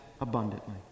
abundantly